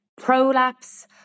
prolapse